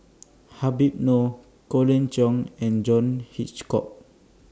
Habib Noh Colin Cheong and John Hitchcock